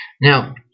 now